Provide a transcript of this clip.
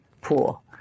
pool